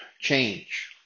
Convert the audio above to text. change